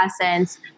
essence